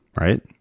right